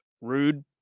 rude